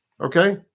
okay